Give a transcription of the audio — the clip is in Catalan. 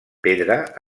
pedra